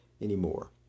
anymore